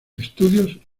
estudios